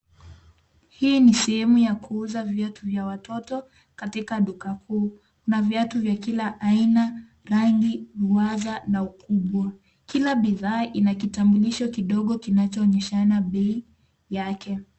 Hii ni sehemu ya kuuza viatu vya watoto katika duka kuu na viatu vya kila aina rangi, uwaza na ukubwa. Kila bidhaa ina kitambulisho kidogo kinachoonyeshana bei yake.